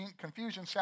confusion